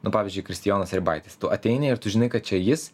nu pavyzdžiui kristijonas ribaitis tu ateini ir tu žinai kad čia jis